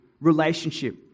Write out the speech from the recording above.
relationship